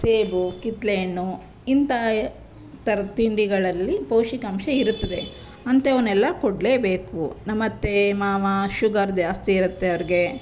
ಸೇಬು ಕಿತ್ತಲೆ ಹಣ್ಣು ಇಂತಹ ಥರದ ತಿಂಡಿಗಳಲ್ಲಿ ಪೌಷ್ಟಿಕಾಂಶ ಇರುತ್ತದೆ ಅಂಥವನ್ನೆಲ್ಲ ಕೊಡಲೇಬೇಕು ನಮ್ಮತ್ತೆ ಮಾವ ಶುಗರ್ ಜಾಸ್ತಿ ಇರುತ್ತೆ ಅವ್ರಿಗೆ